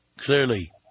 Clearly